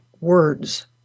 words